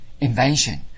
invention